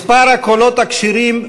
מספר הקולות הכשרים,